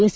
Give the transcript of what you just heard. S